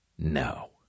no